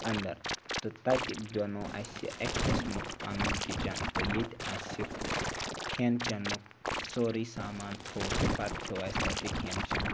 اَنٛدَر تہٕ تَتہِ بَنوو اَسہِ اَکہِ قٕسمُک پَنُن کِچَن تہٕ ییٚتہِ اَسہِ کھٮ۪ن چٮ۪نُک سورُے سامان تھوٚو تہٕ پَتہٕ کھیوٚو اَسہِ تَتہِ کھٮ۪ن چٮ۪ن